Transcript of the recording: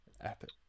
Epic